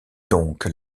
donc